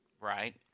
right